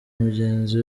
mugenzi